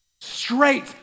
straight